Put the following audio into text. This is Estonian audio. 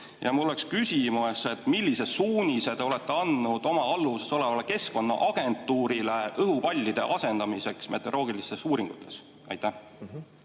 Ja mul oleks küsimus: millise suunise te olete andnud oma alluvuses olevale Keskkonnaagentuurile õhupallide asendamiseks meteoroloogilistes uuringutes? Aitäh,